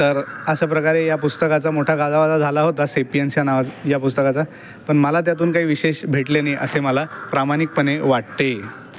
तर अशाप्रकारे या पुस्तकाचा मोठा गाजावाजा झाला होता सेपियन्स या नावाच्या या पुस्तकाचा पण मला त्यातून काही विशेष भेटले नाही असे मला प्रामाणिकपणे वाटते